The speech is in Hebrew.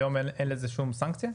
היום אין לזה שום סנקציה?